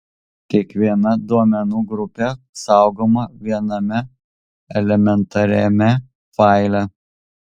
kiekviena duomenų grupė saugoma viename elementariajame faile